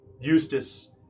Eustace